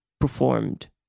performed